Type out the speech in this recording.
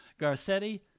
Garcetti